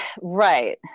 right